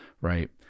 right